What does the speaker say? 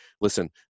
listen